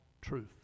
truth